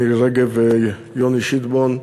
מירי רגב ויוני שטבון,